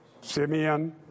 Simeon